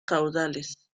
caudales